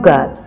God